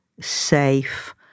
safe